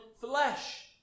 flesh